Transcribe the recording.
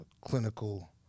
clinical